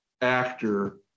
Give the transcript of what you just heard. actor